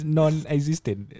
non-existent